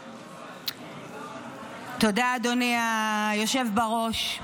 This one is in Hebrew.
תודה, אדוני היושב בראש.